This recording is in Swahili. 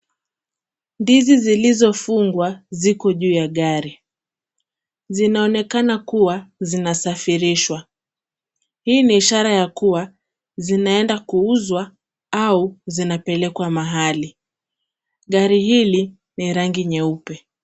Ndizi zilizofungwa ziko juu ya gari. Zinaonekana kuwa zinasafirishwa. Hii ni ishara ya kuwa zinaenda kuuzwa au zinapelekwa mahali. Gari hili ni ya rangi nyeupe.